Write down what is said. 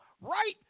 right